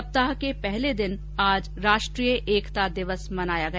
सप्ताह के पहले दिन आज राष्ट्रीय एकता दिवस मनाया गया